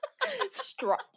strap